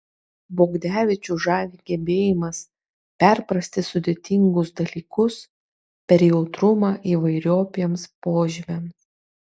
bogdevičių žavi gebėjimas perprasti sudėtingus dalykus per jautrumą įvairiopiems požymiams